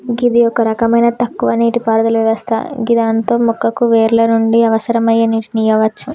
గిది ఒక రకమైన తక్కువ నీటిపారుదల వ్యవస్థ గిదాంతో మొక్కకు వేర్ల నుండి అవసరమయ్యే నీటిని ఇయ్యవచ్చు